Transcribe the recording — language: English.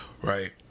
right